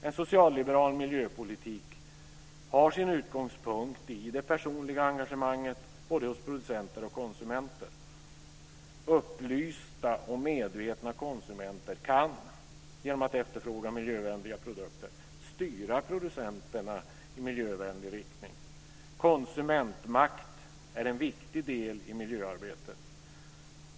En socialliberal miljöpolitik har sin utgångspunkt i det personliga engagemanget både hos producenter och hos konsumenter. Upplysta och medvetna konsumenter kan, genom att efterfråga miljövänliga produkter, styra producenterna i miljövänlig riktning. Konsumentmakt är en viktig del i miljöarbetet.